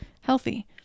healthy